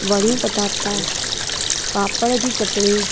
वड़ियूं पटाटा पापड़ जी चटणी